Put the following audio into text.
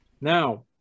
now